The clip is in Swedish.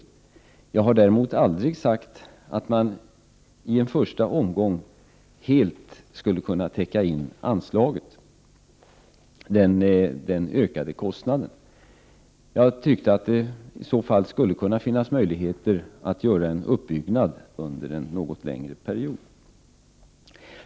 Däremot har jag aldrig sagt att man i en första omgång helt skulle kunna täcka den ökade kostnaden i anslaget. Jag tyckte att det i så fall skulle kunna finnas möjligheter att göra en uppbyggnad under en något längre period.